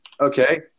Okay